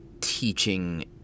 teaching